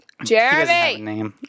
Jeremy